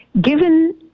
given